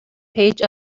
page